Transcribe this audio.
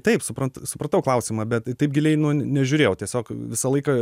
taip suprantu supratau klausimą bet taip giliai nu nežiūrėjau tiesiog visą laiką